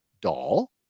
doll